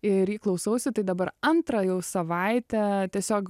ir jį klausausi tai dabar antrą jau savaitę tiesiog